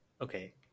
Okay